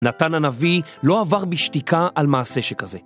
נתן הנביא לא עבר בשתיקה על מעשה שכזה.